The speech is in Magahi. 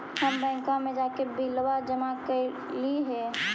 हम बैंकवा मे जाके बिलवा जमा कैलिऐ हे?